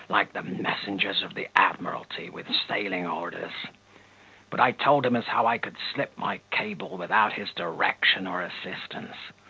like the messengers of the admiralty with sailing orders but i told him as how i could slip my cable without his direction or assistance,